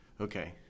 Okay